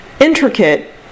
intricate